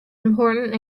important